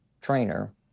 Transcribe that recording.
trainer